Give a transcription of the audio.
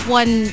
one